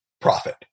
profit